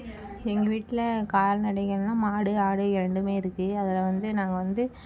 எங்கள் வீட்டில் கால்நடைகள்னா மாடு ஆடு இரண்டும் இருக்கு அதில் வந்து நாங்கள் வந்து